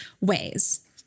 ways